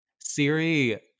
Siri